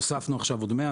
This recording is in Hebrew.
הוספנו עכשיו עוד 100,